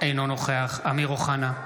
אינו נוכח אמיר אוחנה,